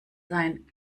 sein